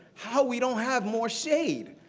how we don't have more shade.